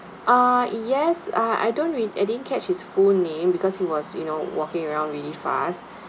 ah yes uh I don't re~ I didn't catch his full name because he was you know walking around really fast